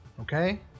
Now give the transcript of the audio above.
Okay